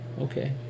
Okay